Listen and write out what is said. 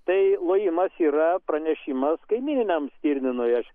tai lojimas yra pranešimas kaimyniniam strininui aš